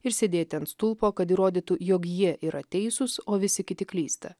ir sėdėti ant stulpo kad įrodytų jog jie yra teisūs o visi kiti klysta